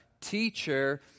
Teacher